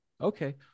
okay